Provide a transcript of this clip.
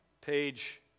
page